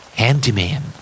handyman